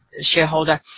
shareholder